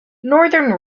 northern